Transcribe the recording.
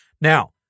now